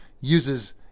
uses